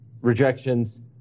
rejections